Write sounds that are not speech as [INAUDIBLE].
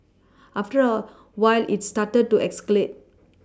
after a while it started to escalate [NOISE]